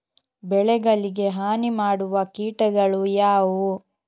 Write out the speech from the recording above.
ಬೆಳೆಗಳಿಗೆ ಹಾನಿ ಮಾಡುವ ಕೀಟಗಳು ಯಾವುವು?